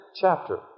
chapter